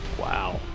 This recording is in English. Wow